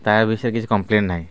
ତା' ବିଷୟରେ କିଛି କମ୍ପ୍ଲେନ୍ ନାହିଁ